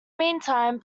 meantime